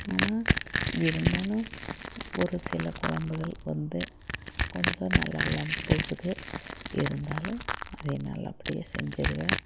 ஆனால் இருந்தாலும் ஒரு சில கொழம்புகள் வந்து கொஞ்சம் நல்லாயில்லாம போகுது இருந்தாலும் அதை நல்லபடியாக செஞ்சுருவேன்